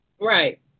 Right